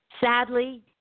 Sadly